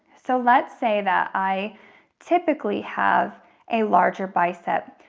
so let's say that i typically have a larger bicep.